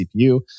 CPU